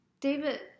David